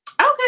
Okay